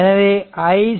எனவே iC0 0